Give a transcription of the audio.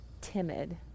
timid